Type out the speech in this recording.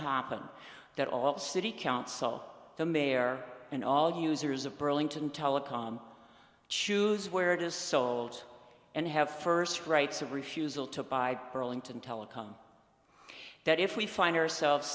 happen that all the city council the mayor and all the users of burlington telecom choose where it is sold and have first rights of refusal to buy burlington telecom that if we find ourselves